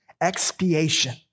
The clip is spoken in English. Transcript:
Expiation